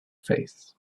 faith